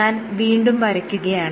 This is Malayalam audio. ഞാൻ വീണ്ടും വരയ്ക്കുകയാണ്